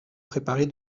préparée